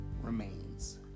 remains